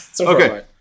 okay